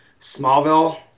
Smallville